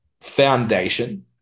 foundation